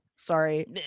Sorry